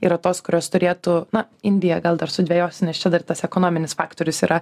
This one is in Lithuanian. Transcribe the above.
yra tos kurios turėtų na indija gal dar sudvejosiu nes čia dar tas ekonominis faktorius yra